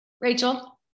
Rachel